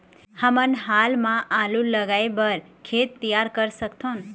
हमन हाल मा आलू लगाइ बर खेत तियार कर सकथों?